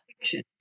fiction